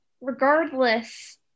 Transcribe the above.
regardless